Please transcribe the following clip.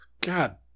God